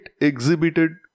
exhibited